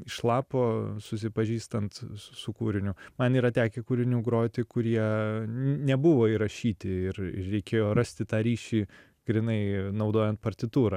iš lapo susipažįstant su kūriniu man yra tekę kūrinių groti kurie nebuvo įrašyti ir reikėjo rasti tą ryšį grynai naudojant partitūrą